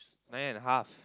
nine and a half